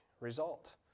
result